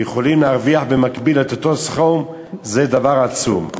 יכולים להרוויח במקביל את אותו סכום, זה דבר עצום.